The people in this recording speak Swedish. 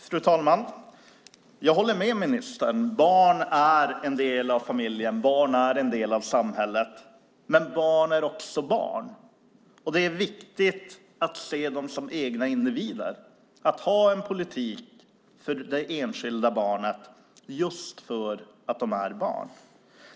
Fru talman! Jag håller med ministern. Barn är en del av familjen. Barn är en del av samhället. Men barn är också barn. Det är viktigt att se dem som egna individer och att ha en politik för de enskilda barnen just för att de är barn.